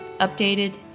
updated